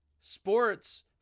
sports